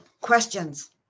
questions